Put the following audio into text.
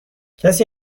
کسی